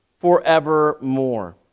forevermore